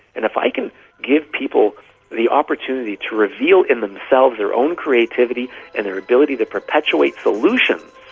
and if i can give people the opportunity to reveal in themselves their own creativity and their ability to perpetuate solutions,